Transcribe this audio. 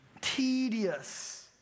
tedious